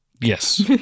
yes